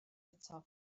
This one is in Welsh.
eto